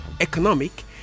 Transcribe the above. economic